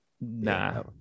nah